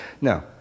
No